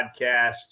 podcast